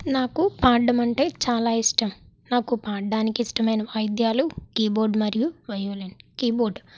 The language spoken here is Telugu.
నాకు పాడడం అంటే చాలా ఇష్టం నాకు పాడడానికి ఇష్టమైన వాయిద్యాలు కీబోర్డ్ మరియు వయోలిన్ కీబోర్డ్